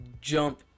jump